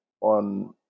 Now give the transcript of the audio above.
on